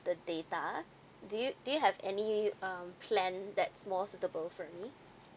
the data do you do you have any um plan that's more suitable for me